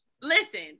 listen